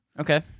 Okay